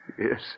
Yes